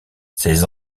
ces